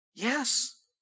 Yes